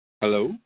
Hello